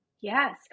yes